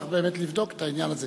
צריך באמת לבדוק את העניין הזה.